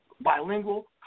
bilingual